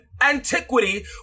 antiquity